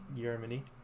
Germany